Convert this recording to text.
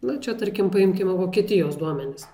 na čia tarkim paimkime vokietijos duomenis